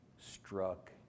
struck